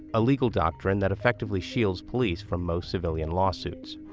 a legal doctrine that effectively shields police from most civilian lawsuits.